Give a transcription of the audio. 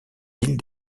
îles